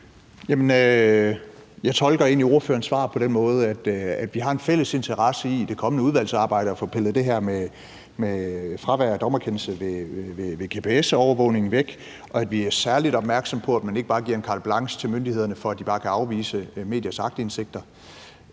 egentlig ordførerens svar på den måde, at vi har en fælles interesse i i det kommende udvalgsarbejde at få pillet det her med fravær af dommerkendelse ved gps-overvågning væk, og at vi er særlig opmærksomme på, at man ikke giver myndighederne carte blanche til, at de bare kan afvise mediers aktindsigter,